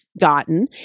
gotten